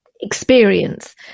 experience